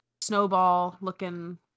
snowball-looking